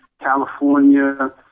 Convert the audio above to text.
California